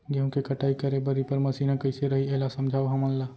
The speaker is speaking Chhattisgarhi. गेहूँ के कटाई करे बर रीपर मशीन ह कइसे रही, एला समझाओ हमन ल?